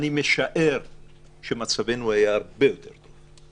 אני משער שמצבנו היה הרבה יותר טוב.